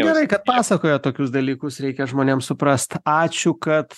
gerai kad pasakojat tokius dalykus reikia žmonėm suprasti ačiū kad